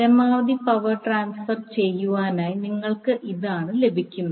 പരമാവധി power transfer ചെയ്യുവാനായി നിങ്ങൾക്ക് ഇതാണ് ലഭിക്കുന്നത്